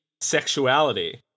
sexuality